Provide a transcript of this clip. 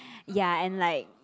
ya and like